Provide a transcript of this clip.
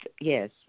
yes